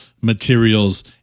materials